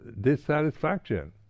dissatisfaction